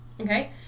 Okay